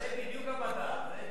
זה בדיוק המדע.